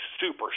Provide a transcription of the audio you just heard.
super